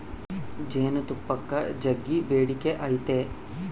ಜೇನುತುಪ್ಪಕ್ಕ ಜಗ್ಗಿ ಬೇಡಿಕೆ ಐತೆ